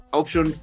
option